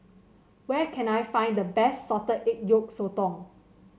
where can I find the best Salted Egg Yolk Sotong